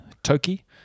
Toki